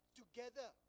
together